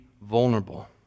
vulnerable